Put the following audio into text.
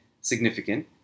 significant